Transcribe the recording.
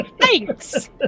thanks